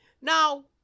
Now